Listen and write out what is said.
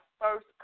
first